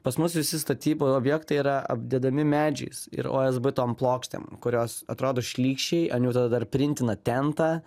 pas mus visi statybų objektai yra apdedami medžiais ir ozb tom plokštėm kurios atrodo šlykščiai an jų tada dar printina tentą